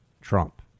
Trump